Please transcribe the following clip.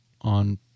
on